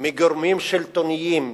מגורמים שלטוניים,